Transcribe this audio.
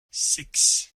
six